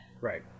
right